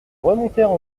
remontèrent